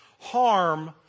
harm